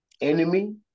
Enemy